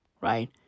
right